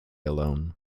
alone